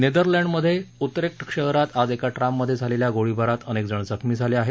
नेदरलँडमध्ये Utrecht शहरात आज एक ट्राममध्ये झालेल्या गोळीबारात अनेकजण जखमी झाले आहेत